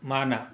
ꯃꯥꯅ